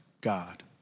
God